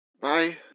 Bye